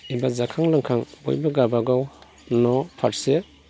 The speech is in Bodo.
एबा जाखां लोंखां बयबो गावबागाव न' फारसे